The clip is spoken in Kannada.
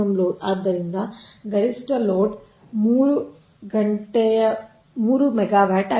ಆದ್ದರಿಂದ ಗರಿಷ್ಠ ಲೋಡ್ 3 ಮೆಗಾವ್ಯಾಟ್ ಆಗಿದೆ